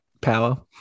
Power